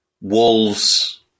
Wolves